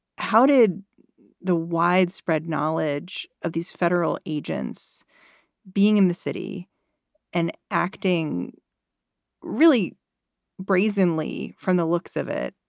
how did the widespread knowledge of these federal agents being in the city and acting really brazenly from the looks of it?